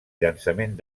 llançament